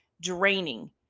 draining